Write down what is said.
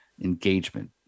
engagement